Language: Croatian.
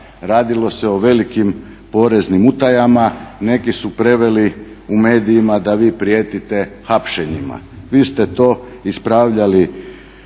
radilo se o velikim poreznim utajama, neki su preveli u medijima da vi prijetite hapšenjima. Vi ste to ispravljali